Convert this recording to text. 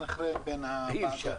אי אפשר.